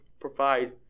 provide